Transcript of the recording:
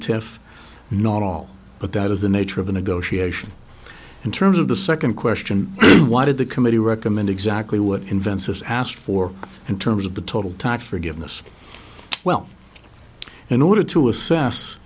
tariff not all but that is the nature of the negotiation in terms of the second question why did the committee recommend exactly what invensys asked for in terms of the total tax forgiveness well in order to assess